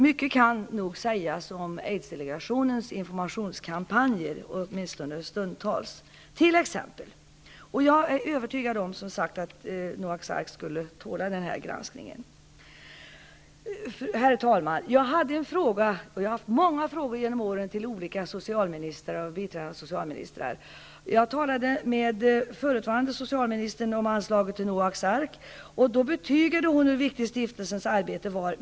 Mycket kan nog t.ex. sägas om Aids-delegationens informationskampanjer, åtminstone stundtals. Jag är övertygad om att Noaks Ark skulle tåla en sådan granskning. Herr talman! Jag har under årens lopp ställt många frågor till olika socialministrar och biträdande socialministrar. Jag talade med den förutvarande socialministern om anslaget till Noaks Ark. Hon betygade då hur viktigt stiftelsens arbete är.